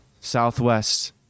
southwest